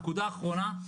נקודה אחרונה,